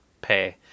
pay